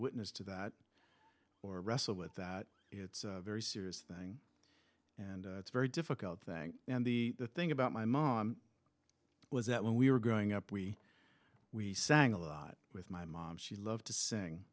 witness to that or wrestle with that it's a very serious thing and it's very difficult thing and the thing about my mom was that when we were growing up we we sang a lot with my mom she loved to sing